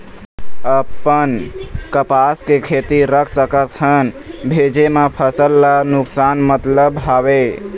अपन कपास के खेती रख सकत हन भेजे मा फसल ला नुकसान मतलब हावे?